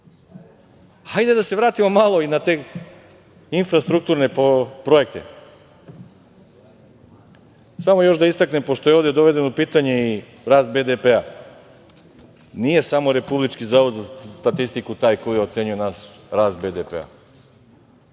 da se vratimo malo i na te infrastrukturne projekte. Samo još da istaknem pošto je ovde dovedeno u pitanje i rast BDP. Nije samo Republički zavod za statistiku taj koji ocenjuje naš rast BDP,